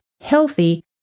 healthy